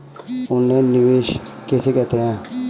Online निवेश किसे कहते हैं?